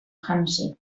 hansi